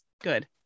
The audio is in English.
good